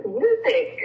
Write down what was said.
music